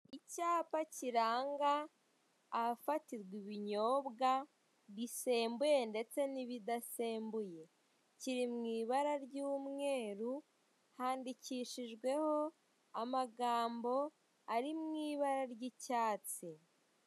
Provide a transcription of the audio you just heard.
Icyapa kiranga ahafatirwa ibinyobwa bisembuye ndetse n'ibidasembuye kiri mu ibara ry'umweru handikishijweho amagambo ari mu ibara ry'icyatsi.